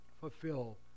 fulfill